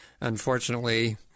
unfortunately